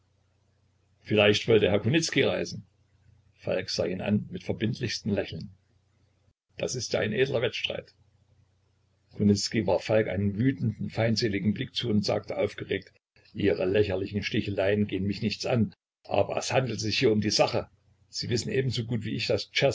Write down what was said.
vielleicht wollte herr kunicki reisen falk sah ihn an mit verbindlichstem lächeln das ist ja ein edler wettstreit kunicki warf falk einen wütenden feindseligen blick zu und sagte aufgeregt ihre lächerlichen sticheleien gehen mich nichts an aber es handelt sich hier um die sache sie wissen ebenso gut wie ich daß